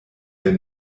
der